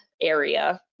area